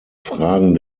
fragen